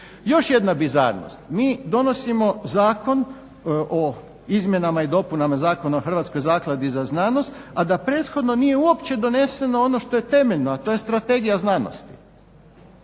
Još jedna bizarnost. Mi donosimo Zakon o izmjenama i dopunama Zakona o Hrvatskoj zakladi za znanost, a da prethodno nije uopće doneseno ono što je temeljno, a to je Strategija znanosti